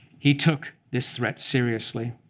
he took this threat seriously.